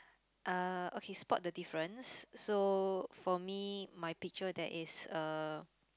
uh okay spot the difference so for me my picture there is a